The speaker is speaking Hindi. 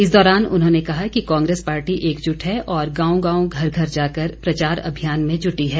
इस दौरान उन्होंने कहा कि कांग्रेस पार्टी एकजुट है और गांव गांव घर घर जाकर प्रचार अभियान में जुटी है